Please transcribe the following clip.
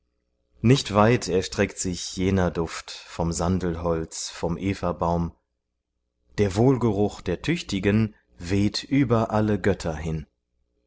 nicht weit erstreckt sich jener duft vom sandelholz vom evabaum der wohlgeruch der tüchtigen weht über alle götter hin